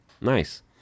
Nice